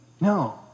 No